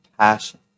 passion